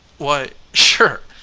why sure,